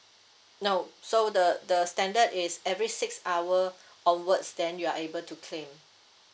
no so the the standard is every six hour onwards then you are able to claim